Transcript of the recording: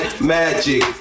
Magic